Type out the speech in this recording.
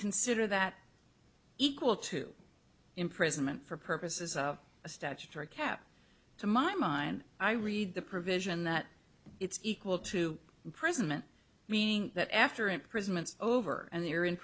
consider that equal to imprisonment for purposes of a statutory cap to my mind i read the provision that it's equal to imprisonment meaning that after imprisonment over and they're in